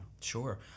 Sure